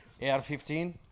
AR-15